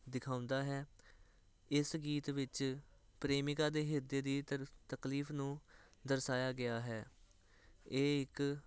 ਦਿਖਾਉਂਦਾ ਹੈ ਇਸ ਗੀਤ ਵਿੱਚ ਪ੍ਰੇਮਿਕਾ ਦੇ ਹਿਰਦੇ ਦੀ ਤਰ ਤਕਲੀਫ ਨੂੰ ਦਰਸਾਇਆ ਹੈ ਇਹ ਇੱਕ